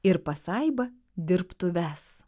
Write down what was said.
ir pasaiba dirbtuves